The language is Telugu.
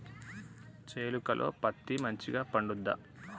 చేలుక లో పత్తి మంచిగా పండుద్దా?